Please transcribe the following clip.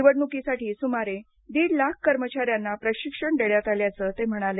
निवडणुकीसाठी सुमारे दीड लाख कर्मचाऱ्यांना प्रशिक्षण देण्यात आल्याचं ते म्हणाले